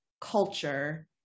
culture